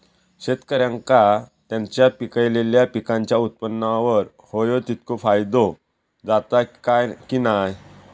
शेतकऱ्यांका त्यांचा पिकयलेल्या पीकांच्या उत्पन्नार होयो तितको फायदो जाता काय की नाय?